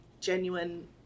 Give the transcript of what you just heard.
genuine